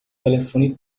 telefone